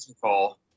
call